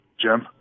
Jim